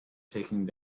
taking